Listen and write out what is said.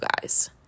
guys